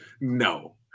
No